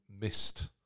missed